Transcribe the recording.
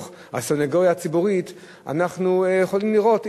הסניגוריה הציבורית אנחנו יכולים לראות,